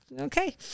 okay